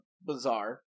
bizarre